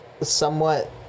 somewhat